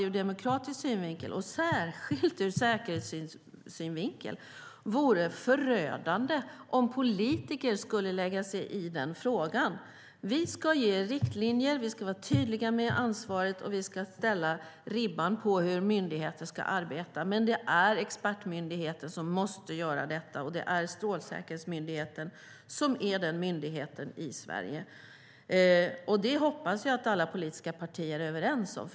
Ur demokratisk synvinkel - och särskilt ur säkerhetssynvinkel - vore det förödande om politiker skulle lägga sig i den frågan. Vi ska ge riktlinjer. Vi ska vara tydliga med ansvaret, och vi ska lägga ribban för hur myndigheter ska arbeta. Men det är expertmyndigheten som måste göra detta, och det är Strålsäkerhetsmyndigheten som är den myndigheten i Sverige. Det hoppas jag att alla politiska partier är överens om.